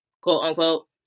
quote-unquote